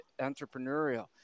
entrepreneurial